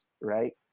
right